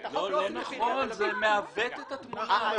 לא נכון, זה מעוות את התמונה.